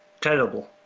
terrible